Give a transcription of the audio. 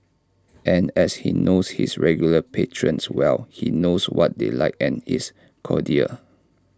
and as he knows his regular patrons well he knows what they like and is cordial